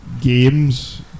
games